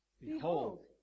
Behold